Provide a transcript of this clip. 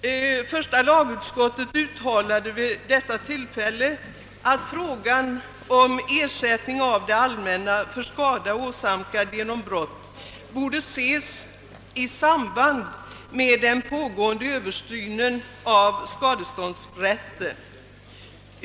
Första lagutskottet uttalade vid detta tillfälle, att frågan om ersättning av det allmänna för skada åsamkad genom brott borde ses i samband med den pågående översynen av skadeståndsrätten.